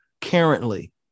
currently